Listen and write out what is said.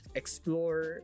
explore